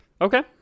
Okay